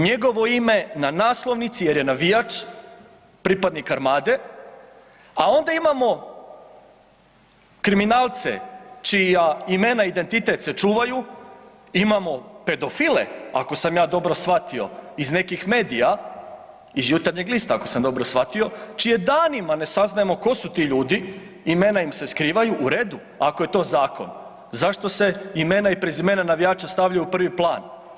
Njegovo ime na naslovnici jer je navijač, pripadnik Armade a onda imamo kriminalce čija imena i identitet se čuvaju, imamo pedofile ako sam ja dobro shvatio iz nekih medija, iz Jutarnjeg lista ako sam dobro shvatio, čije danima ne saznajemo tko su ti ljudi, imena im se skrivaju, u redu ako je to zakon, zašto se imena i prezimena navijača stavljaju u prvi plan?